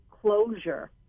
closure